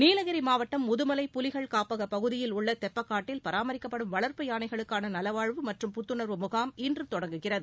நீலகிரி மாவட்டம் முதுமலை புலிகள் காப்பக பகுதியில் உள்ள தெப்பக்காட்டில் பராமரிக்கப்படும் வளர்ப்பு யானைகளுக்கான நலவாழ்வு மற்றும் புத்துணர்வு முகாம் இன்று தொடங்குகிறது